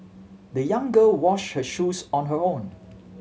the young girl wash her shoes on her own